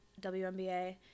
WNBA